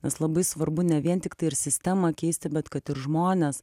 nes labai svarbu ne vien tiktai ir sistemą keisti bet kad ir žmonės